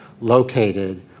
located